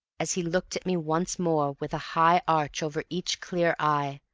as he looked at me once more with a high arch over each clear eye.